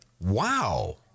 Wow